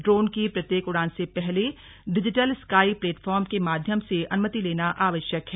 ion की प्रत्येक उड़ान से पहले डिजीटल स्काई प्लेटफार्म के माध्यम से अनुमति लेना आवश्यक है